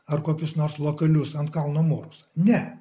ar kokius nors lokalius ant kalno nors ne